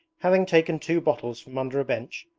having taken two bottles from under a bench,